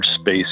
space